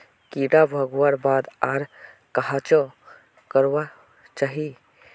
कीड़ा भगवार बाद आर कोहचे करवा होचए?